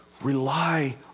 Rely